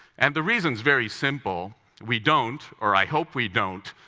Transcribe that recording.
and the reason's very simple. we don't, or i hope we don't,